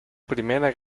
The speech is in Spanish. primera